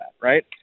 right